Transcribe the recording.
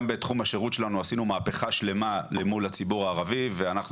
גם בתחום השירות שלנו עשינו מהפכה שלמה אל מול הציבור הערבי ואנחנו